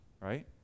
Right